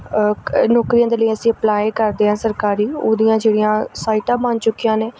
ਕ ਨੌਕਰੀਆਂ ਦੇ ਲਈ ਅਸੀਂ ਅਪਲਾਈ ਕਰਦੇ ਹਾਂ ਸਰਕਾਰੀ ਉਹਦੀਆਂ ਜਿਹੜੀਆਂ ਸਾਈਟਾਂ ਬਣ ਚੁੱਕੀਆਂ ਨੇ